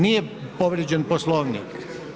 Nije povrijeđen Poslovnik.